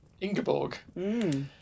ingeborg